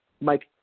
Mike